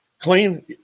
Clean